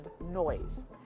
noise